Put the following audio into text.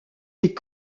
est